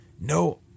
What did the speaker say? no